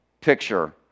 picture